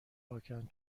پاکن